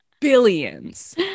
billions